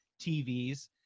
TVs